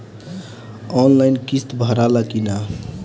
Online किस्त भराला कि ना?